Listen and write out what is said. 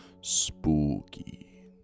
Spooky